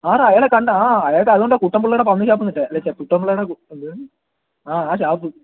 ആ ഡാ അയാളെ കണ്ട ആ അയാൾക്ക് അതോണ്ടാ കുട്ടൻപിള്ളയുടെ പന്നിഷാപ്പെന്നിട്ടെ ശെ കുട്ടൻപിള്ളയുടെ എന്തോന്ന് ആ ഷാപ്പ്